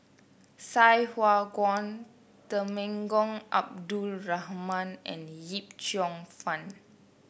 Sai Hua Kuan Temenggong Abdul Rahman and Yip Cheong Fun